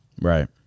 Right